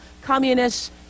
communists